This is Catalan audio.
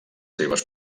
seves